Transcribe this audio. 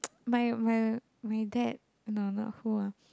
my my dad no no who ah